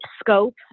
scope